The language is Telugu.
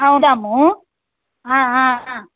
వెళదాము ఆ ఆ ఆ